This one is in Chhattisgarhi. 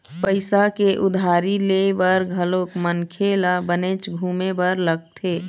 पइसा के उधारी ले बर घलोक मनखे ल बनेच घुमे बर लगथे